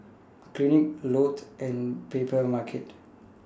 Clinique Lotte and Papermarket